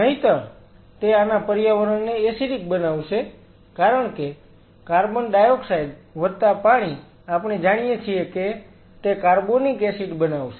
નહિંતર તે આના પર્યાવરણને એસિડિક બનાવશે કારણ કે CO2 વત્તા H2O આપણે જાણીએ છીએ કે તે કાર્બોનિક એસિડ બનાવશે